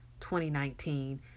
2019